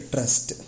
Trust